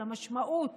על המשמעות